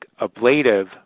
ablative